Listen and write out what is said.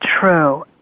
true